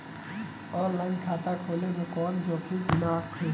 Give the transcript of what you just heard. आन line खाता खोले में कौनो जोखिम त नइखे?